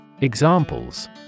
Examples